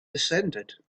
descended